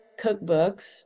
cookbooks